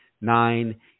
nine